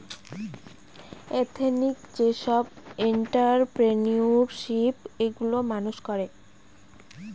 ethnic যেসব entrepreneurship গুলো মানুষ করে